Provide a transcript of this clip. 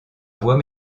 voie